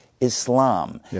Islam